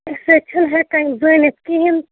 أسۍ حظ چھِنہٕ ہٮ۪کان زٲنِتھ کِہیٖنٛۍ